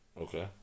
Okay